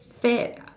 fat ah